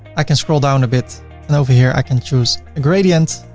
i can scroll down a bit and over here i can choose a gradient,